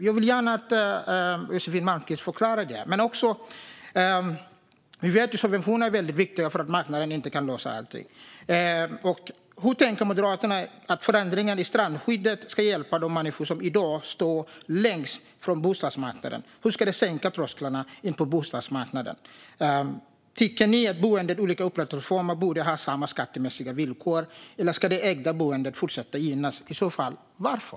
Jag vill gärna att Josefin Malmqvist förklarar detta. Vi vet att subventioner är väldigt viktiga eftersom marknaden inte kan lösa allting. Hur tänker Moderaterna att förändringen i strandskyddet ska hjälpa de människor som i dag står längst från bostadsmarknaden? Hur ska det sänka trösklarna in på bostadsmarknaden? Tycker ni att boende i olika upplåtelseformer borde ha samma skattemässiga villkor, eller ska det ägda boendet fortsätta att gynnas, och i så fall varför?